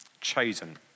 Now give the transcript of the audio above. chosen